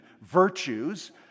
virtues